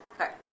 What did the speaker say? Okay